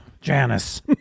Janice